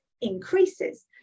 increases